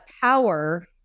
power